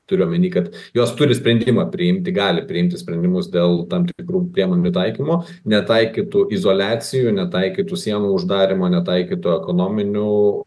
turiu omeny kad jos turi sprendimą priimti gali priimti sprendimus dėl tam tikrų priemonių taikymo netaikytų izoliacijų netaikytų sienų uždarymo netaikytų ekonominių